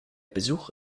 besuch